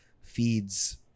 feeds